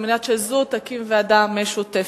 על מנת שזו תקים ועדה משותפת.